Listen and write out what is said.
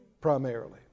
primarily